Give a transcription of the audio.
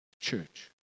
Church